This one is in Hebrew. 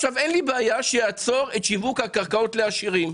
אין לי בעיה שיעצור את שיווק הקרקעות לעשירים.